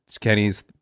kenny's